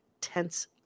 tense